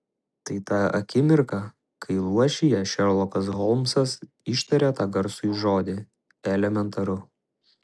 tai ta akimirka kai luošyje šerlokas holmsas ištaria tą garsųjį žodį elementaru